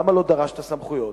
למה לא דרשת סמכויות,